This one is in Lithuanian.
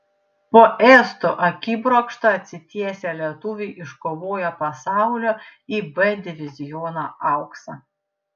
po estų akibrokšto atsitiesę lietuviai iškovojo pasaulio ib diviziono auksą